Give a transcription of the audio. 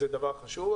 שזה דבר חשוב,